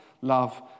love